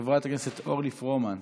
חברת הכנסת אורלי פרומן,